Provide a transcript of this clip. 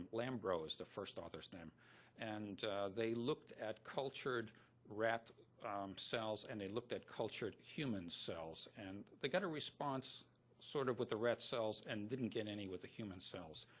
lambrot is the first author, and they looked at cultured rat cells and they looked at cultured human cells. and they got a response sort of with the rat cells and didn't get any with the human cells,